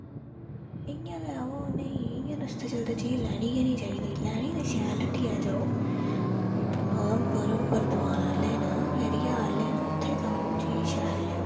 इ'यां गै उ'नें रस्तै चलदे चीज़ लैनी गै नि चाहिदी लैनी ते शैल हट्टियै जाओ ऊधमपुर उप्पर दकान आह्ले न फेरियै आह्ले न उत्थै जाओ चीज़ शैल लैओ